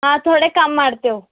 ಹಾಂ ತೋಡೆ ಕಮ್ ಮಾಡ್ತೇವೆ